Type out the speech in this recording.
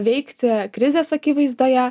veikti krizės akivaizdoje